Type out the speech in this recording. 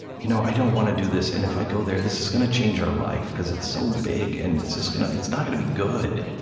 you know i don't want to do this, and if i go there, this is going to change our life because it's so big, and it's just gonna it's not gonna be good.